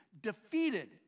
defeated